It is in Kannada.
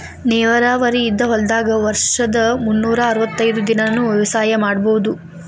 ನೇರಾವರಿ ಇದ್ದ ಹೊಲದಾಗ ವರ್ಷದ ಮುನ್ನೂರಾ ಅರ್ವತೈದ್ ದಿನಾನೂ ವ್ಯವಸಾಯ ಮಾಡ್ಬಹುದು